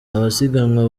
abasiganwa